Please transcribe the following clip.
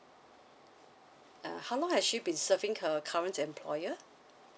uh how long has she been serving her current employer